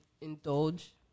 indulge